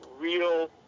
real